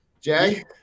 Jay